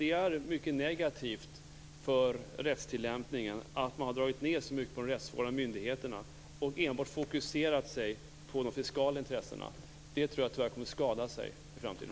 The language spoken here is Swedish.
Det är mycket negativt för rättstillämpningen att man har dragit ned så mycket på de rättsvårdande myndigheterna och enbart fokuserat sig på de fiskala intressena. Det tror jag kommer att leda till skada i framtiden.